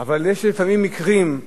אבל יש לפעמים מקרים,